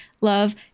love